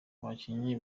abakinnyi